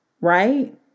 Right